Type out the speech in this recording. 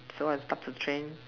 so I start to change